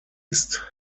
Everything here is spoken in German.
ist